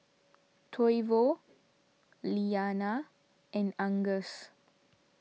Toivo Liana and Angus